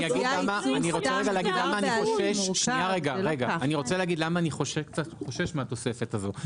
אני רוצה להגיד למה אני חושש מהתוספת הזאת.